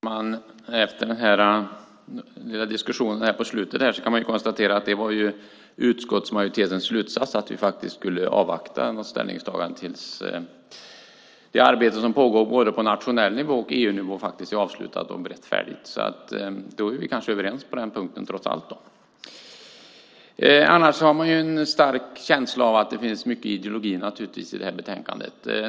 Herr talman! Efter den här diskussionen kan man konstatera att det var utskottsmajoritetens slutsats att vi faktiskt skulle avvakta ett ställningstagande tills det arbete som pågår både på nationell nivå och på EU-nivå faktiskt är avslutat och färdigberett. Vi kanske är överens på den punkten trots allt. Annars har man en stark känsla av att det finns mycket ideologi i det här betänkandet.